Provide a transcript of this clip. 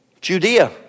Judea